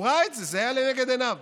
הוא ראה את זה, זה היה לנגד עיניו,